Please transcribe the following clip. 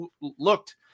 looked